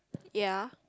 ya